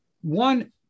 One